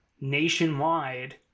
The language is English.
nationwide